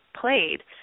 played